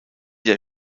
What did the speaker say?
der